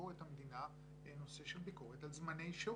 ביקורת המדינה נושא של ביקורת על זמני שירות,